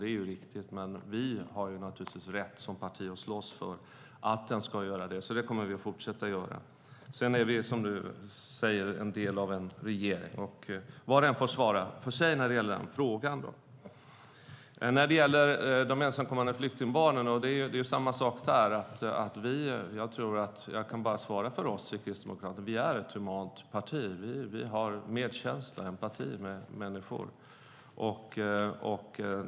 Det är ju riktigt, men vi har naturligtvis rätt som parti att slåss för att den ska inkorporeras, och det kommer vi att fortsätta göra. Sedan är vi som du säger del av en regering, och var och en får svara för sig när det gäller den frågan. När det gäller de ensamkommande flyktingbarnen är det samma sak. Jag kan bara svara för oss kristdemokrater, och vi är ett humant parti. Vi har medkänsla och empati för människor.